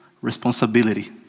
responsibility